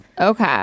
Okay